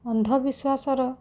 ଅନ୍ଧ ବିଶ୍ୱାସର